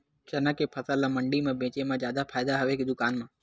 चना के फसल ल मंडी म बेचे म जादा फ़ायदा हवय के दुकान म?